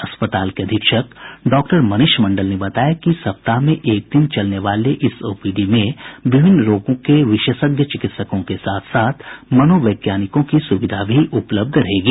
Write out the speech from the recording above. अस्पताल के अधीक्षक डॉक्टर मनीष मंडल ने बताया कि सप्ताह में एक दिन चलने वाले इस ओपीडी में विभिन्न रोगों के विशेषज्ञ चिकित्सकों के साथ साथ मनोवैज्ञानिकों की सुविधा भी उपलब्ध रहेगी